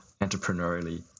entrepreneurially